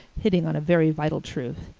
hitting on a very vital truth,